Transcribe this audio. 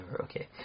Okay